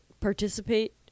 participate